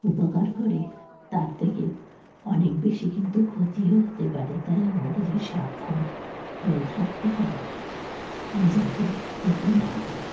উপকার করে তার থেকে অনেক বেশি কিন্তু ক্ষতিও হতে পারে তাই আমাদেরই সাবধান হয়ে থাকতে হবে যাতে ক্ষতি না হয়